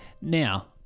Now